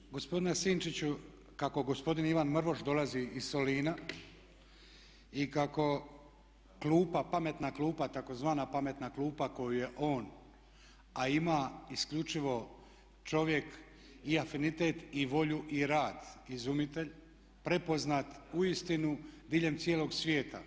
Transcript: Naime, gospodine Sinčiću, kako gospodin Ivan Mrvuš dolazi iz Solina i kako klupa, pametna klupa tzv. pametna klupa koju je on a ima isključivo čovjek i afinitet i volju i rad izumitelj prepoznat uistinu diljem cijelog svijeta.